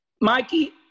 Mikey